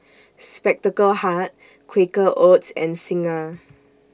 Spectacle Hut Quaker Oats and Singha